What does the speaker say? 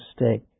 mistake